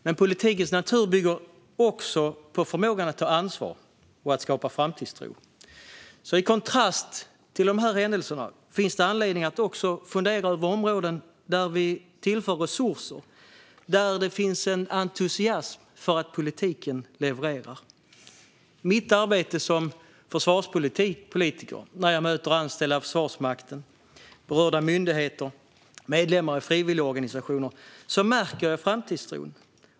Men politikens natur bygger också på förmågan att ta ansvar och att skapa framtidstro. I kontrast till dessa händelser finns det anledning att också fundera över områden där vi tillför resurser och där det finns en entusiasm för att politiken levererar. När jag i mitt arbete som försvarspolitiker möter anställda vid Försvarsmakten, berörda myndigheter och medlemmar i frivilligorganisationer märker jag framtidstron.